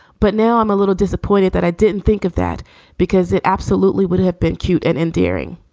but now i'm a little disappointed that i didn't think of that because it absolutely would have been cute and endearing.